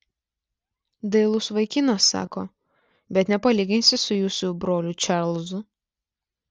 dailus vaikinas sako bet nepalyginsi su jūsų broliu čarlzu